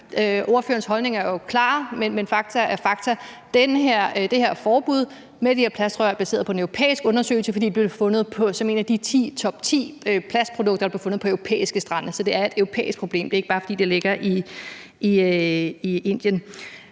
Ordførerens holdning er jo klar, men fakta er fakta. Det her forbud mod de her plastsugerør var baseret på en europæisk undersøgelse, fordi de var en del af top-10 over plastprodukter, der blev fundet på europæiske strande. Så det er et europæisk problem. Det er ikke, bare fordi det ligger i Indien.